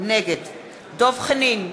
נגד דב חנין,